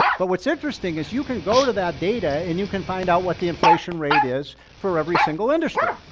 but what's interesting is you can go to that data and you can find out what the inflation rate is for every single industry,